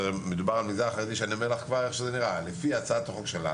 אני לא יודע מהי עמדת חברי הכנסת לגבי הצעת החוק שלך,